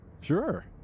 Sure